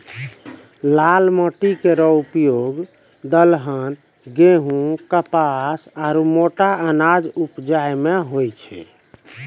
लाल माटी केरो उपयोग दलहन, गेंहू, कपास आरु मोटा अनाज उपजाय म होय छै